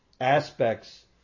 aspects